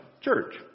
church